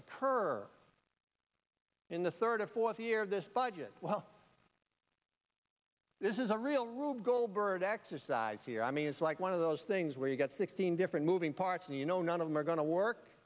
occur in the third or fourth year of this budget well this is a real rube goldberg exercise here i mean it's like one of those things where you've got sixteen different moving parts and you know none of them are going to work